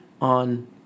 on